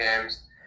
games